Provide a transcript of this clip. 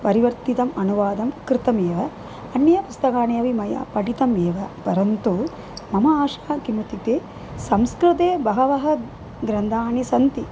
परिवर्तितम् अनुवादं कृतमेव अन्यपुस्तकानि अपि मया पठितमेव परन्तु मम आशा किम् इत्युक्ते ते संस्कृते बहवः ग्रन्थानि सन्ति